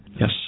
Yes